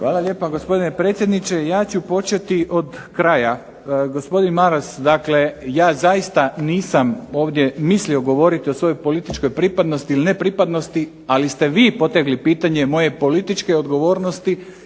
Hvala lijepa gospodine predsjedniče. Ja ću početi od kraja, gospodin Maras ja zaista nisam ovdje mislio govoriti o svojoj političkoj pripadnosti ili ne pripadnosti, ali ste vi potegli pitanje moje odgovornosti